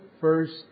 first